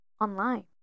online